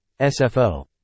SFO